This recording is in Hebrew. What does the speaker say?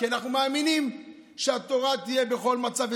כי אנחנו מאמינים שהתורה תהיה בכל מצב,